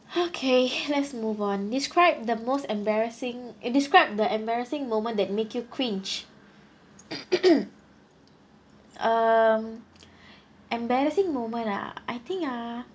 okay let's move on describe the most embarrassing describe the embarrassing moment that make you cringe um embarrassing moment ah I think ah